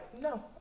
no